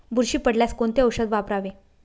बुरशी पडल्यास कोणते औषध वापरावे?